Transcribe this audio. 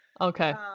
Okay